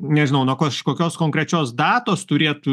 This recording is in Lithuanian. nežinau nuo kažkokios konkrečios datos turėtų